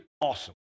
Awesome